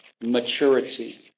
maturity